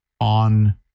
on